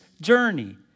journey